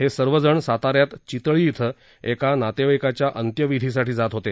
हे सर्वजण साताऱ्यात चितळी इथं एका नातेवाईकाच्या अंत्यविधीसाठी जात होते